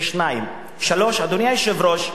3. אדוני היושב-ראש,